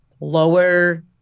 lower